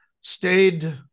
stayed